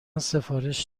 سفارش